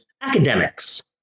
Academics